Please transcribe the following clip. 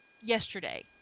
yesterday